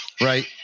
Right